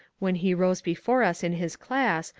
when he rose before us in his class,